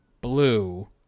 blue